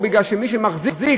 מפני שמי שמחזיק